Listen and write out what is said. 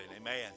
amen